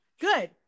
Good